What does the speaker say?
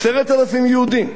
10,000 יהודים,